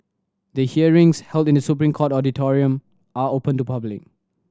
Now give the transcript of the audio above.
the hearings held in The Supreme Court auditorium are open to public